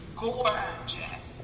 gorgeous